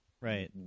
right